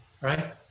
right